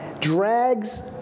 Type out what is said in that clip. drags